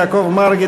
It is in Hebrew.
יעקב מרגי,